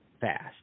fast